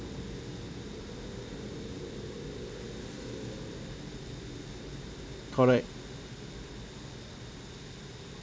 correct